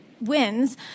wins